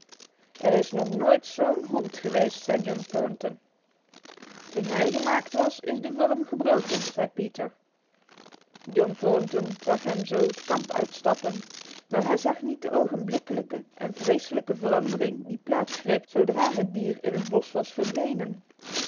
er is nog nooit zo'n hond geweest zei john thornton toen hij gemaakt was is de vorm gebroken zei peter john thornton zag hem zo het kamp uitstappen maar hij zag niet de ogenblikkelijke en vreselijke verandering die plaats greep zodra het dier in het bos was verdwenen